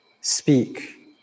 speak